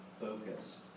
focus